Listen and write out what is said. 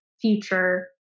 future